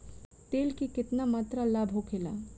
तेल के केतना मात्रा लाभ होखेला?